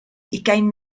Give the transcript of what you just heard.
ugain